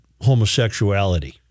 homosexuality